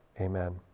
amen